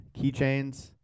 keychains